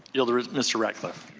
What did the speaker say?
yield to mr. ratcliff.